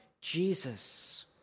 Jesus